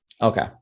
Okay